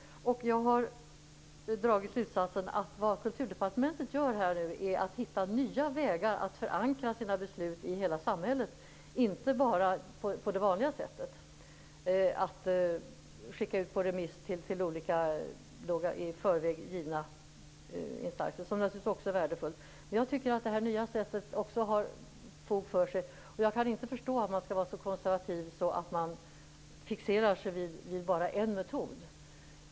Jag har dragit slutsatsen att vad Kulturdepartementet nu gör är att hitta nya vägar för att förankra sina beslut i hela samhället. Man har inte bara gjort på det vanliga sättet, att skicka ut det här på remiss till olika i förväg givna instanser. Det är naturligtvis värdefullt, men jag tycker också att det här nya sättet har fog för sig. Jag kan inte förstå att man skall vara så konservativ att man fixerar sig vid bara en metod.